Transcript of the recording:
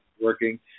working